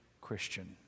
Christian